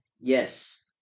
Yes